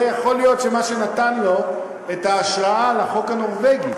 ויכול להיות שזה מה שנתן לו את ההשראה לחוק הנורבגי.